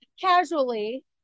casually